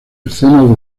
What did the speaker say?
escenas